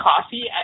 coffee